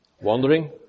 wandering